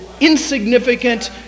insignificant